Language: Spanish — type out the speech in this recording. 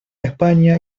españa